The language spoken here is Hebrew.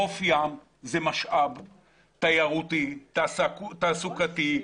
חוף ים הוא משאב תיירותי, תעסוקתי,